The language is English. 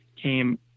came